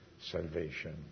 salvation